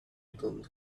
don’t